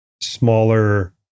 smaller